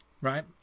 right